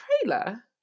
trailer